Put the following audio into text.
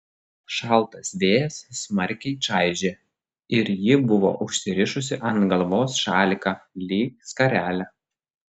šaltas vėjas smarkiai čaižė ir ji buvo užsirišusi ant galvos šaliką lyg skarelę